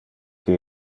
que